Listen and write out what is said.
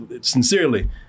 sincerely